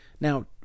Now